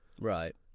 Right